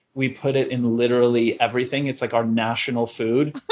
we put it in literally everything. it's like our national food.